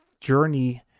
journey